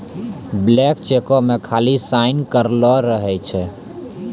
blank चेको मे खाली साइन करलो रहै छै